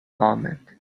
almond